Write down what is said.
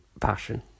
passion